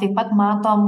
taip pat matom